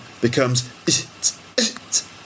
becomes